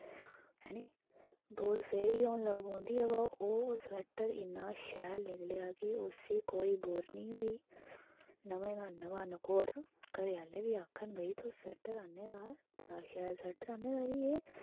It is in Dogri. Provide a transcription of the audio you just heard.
बुरोआं स्हेई होन लगी पौंदी बाऽ ओह् स्वेटर इन्ना शैल निकले दा कि उसी कोई बुर निं होई नमें दा नमां नकोर घरै आह्ले बी आक्खन की भई तूं स्वैटर आह्ने दा बड़ा शैल स्वेटर आह्ने दा तो